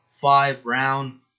five-round